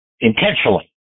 intentionally